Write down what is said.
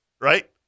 right